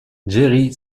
jerry